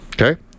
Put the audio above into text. Okay